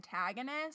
antagonist